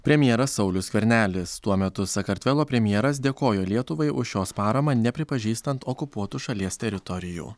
premjeras saulius skvernelis tuo metu sakartvelo premjeras dėkojo lietuvai už jos paramą nepripažįstant okupuotų šalies teritorijų